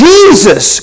Jesus